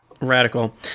Radical